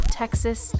texas